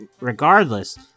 regardless